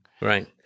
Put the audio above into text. Right